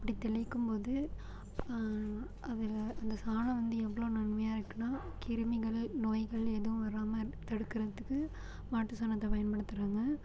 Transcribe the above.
அப்படி தெளிக்கும் போது அதில் அந்த சாணம் வந்து எவ்வளோ நன்மையாக இருக்கும்னா கிருமிகள் நோய்கள் எதுவும் வராமல் தடுக்குறதுக்கு மாட்டு சாணத்தை பயன்படுத்துகிறாங்க